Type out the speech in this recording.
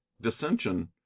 dissension